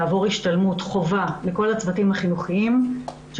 לכל הצוותים החינוכיים לעבור השתלמות,